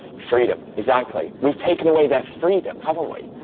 freedom. exactly. we've taken away their freedom haven't we?